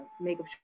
makeup